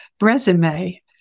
resume